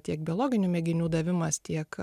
tiek biologinių mėginių davimas tiek